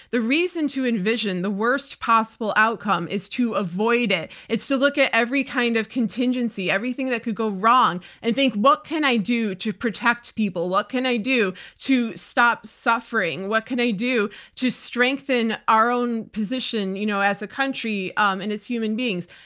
the reason to envision the worst possible outcome is to avoid it. it's to look at every kind of contingency, contingency, everything that could go wrong, and think what can i do to protect people? what can i do to stop suffering? what can i do to strengthen our own position you know as a country um and as human beings?